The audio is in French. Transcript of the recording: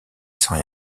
sans